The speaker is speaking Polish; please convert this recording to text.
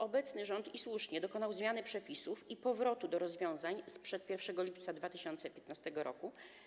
Obecny rząd, i słusznie, dokonał zmiany przepisów i powrotu do rozwiązań sprzed 1 lipca 2015 r.